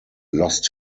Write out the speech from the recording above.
lost